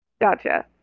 Gotcha